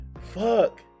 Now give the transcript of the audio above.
Fuck